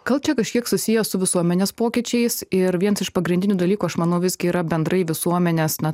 gal čia kažkiek susiję su visuomenės pokyčiais ir vien iš pagrindinių dalykų aš manau visgi yra bendrai visuomenės na